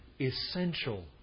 essential